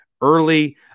early